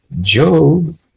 Job